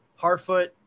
Harfoot